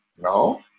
no